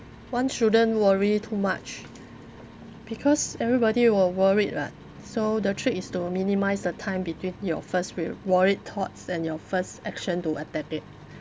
one shouldn't worry too much because everybody will worried [what] so the trick is to minimise the time between your first wi~ worried thoughts and your first action to attempt it